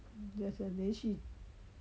ya sia 没去